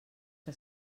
que